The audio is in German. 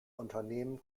unternehmen